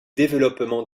développement